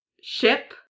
ship